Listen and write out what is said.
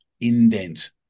indent